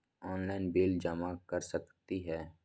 Online bill जमा कर सकती ह?